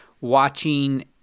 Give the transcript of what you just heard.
watching